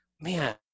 man